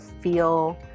feel